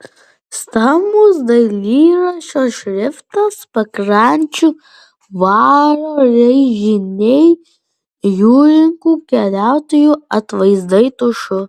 stambus dailyraščio šriftas pakrančių vario raižiniai jūrininkų keliautojų atvaizdai tušu